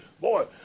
boy